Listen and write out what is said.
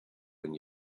when